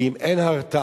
כי אם אין הרתעה,